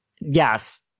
Yes